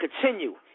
continue